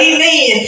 Amen